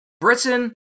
Britain